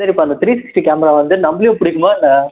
sir இப்போ அந்த three sixty camera வந்து நம்பளையும் பிடிக்குமா என்ன